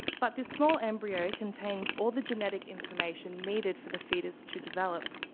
but this small embryo contains all the genetic information needed for the foetus to develop.